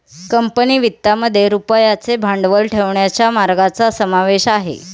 company वित्तामध्ये रुपयाचे भांडवल ठेवण्याच्या मार्गांचा समावेश आहे